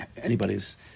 anybody's